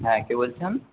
হ্যাঁ কে বলছেন